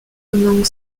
among